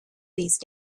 these